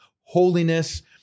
holiness